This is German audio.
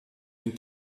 den